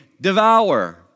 devour